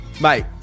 Mate